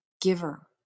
giver